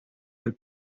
del